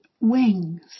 wings